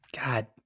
God